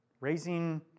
raising